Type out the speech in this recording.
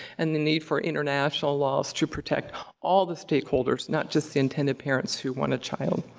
and the need for international laws to protect all the stakeholders, not just the intended parents who want a child.